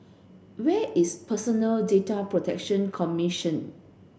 where is Personal Data Protection Commission